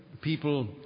people